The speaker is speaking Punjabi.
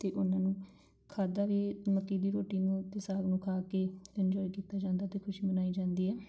ਅਤੇ ਉਹਨਾਂ ਨੂੰ ਖਾਧਾ ਵੀ ਮੱਕੀ ਦੀ ਰੋਟੀ ਨੂੰ ਅਤੇ ਸਾਗ ਨੂੰ ਖਾ ਕੇ ਇੰਜੋਏ ਕੀਤਾ ਜਾਂਦਾ ਅਤੇ ਖੁਸ਼ੀ ਮਨਾਈ ਜਾਂਦੀ ਹੈ